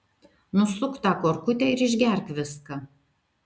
nusuk tą korkutę ir išgerk viską